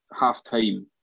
halftime